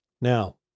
Now